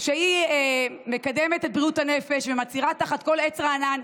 שהיא מקדמת את בריאות הנפש ומצהירה תחת כל עץ רענן.